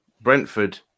Brentford